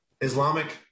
Islamic